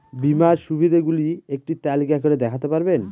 বীমার সুবিধে গুলি একটি তালিকা করে দেখাতে পারবেন?